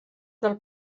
del